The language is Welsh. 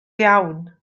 iawn